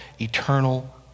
eternal